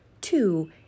two